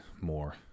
more